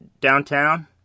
downtown